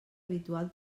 habitual